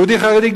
יהודי חרדי,